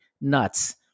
nuts